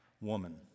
woman